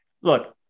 look